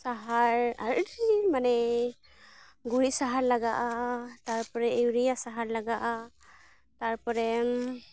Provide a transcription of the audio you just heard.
ᱥᱟᱦᱟᱨ ᱟᱨ ᱟᱹᱰᱤ ᱢᱟᱱᱮ ᱜᱩᱨᱤᱡ ᱥᱟᱦᱟᱨ ᱞᱟᱜᱟᱜᱼᱟ ᱛᱟᱨᱯᱚᱨᱮ ᱤᱭᱩᱨᱤᱭᱟ ᱥᱟᱦᱟᱨ ᱞᱟᱜᱟᱼᱟ ᱛᱟᱨᱯᱚᱨᱮ